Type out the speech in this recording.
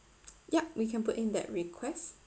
yup we can put in that request